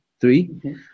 three